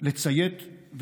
/ לציית,